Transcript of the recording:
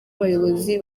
abayobozi